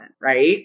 right